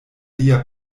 lia